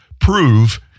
prove